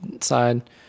side